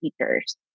teachers